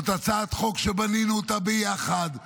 זאת הצעת חוק שבנינו אותה ביחד בוועדה,